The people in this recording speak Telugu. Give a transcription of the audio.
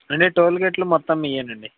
అండి టోల్ గేట్ లు మొత్తం మీయ్యేనండి